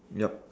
yup